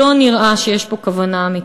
לא נראה שיש פה כוונה אמיתית.